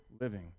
living